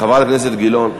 חברת הכנסת גלאון.